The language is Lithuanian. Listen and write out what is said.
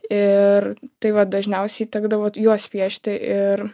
ir tai va dažniausiai tekdavo juos piešti ir